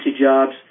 jobs